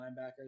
linebackers